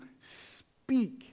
speak